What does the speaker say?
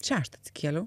šeštą atsikėliau